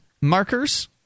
markers